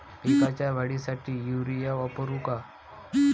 पिकाच्या वाढीसाठी युरिया वापरू का?